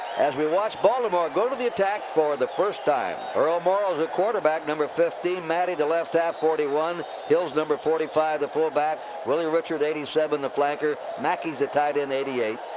as we watch baltimore go to the attack for the first time. earl morrall's at quarterback. number fifteen. matte the the left half. forty one. hill's number forty five. the fullback. willie richardson, eighty seven. the flanker. mackey's the tight end. eighty eight.